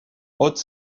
haute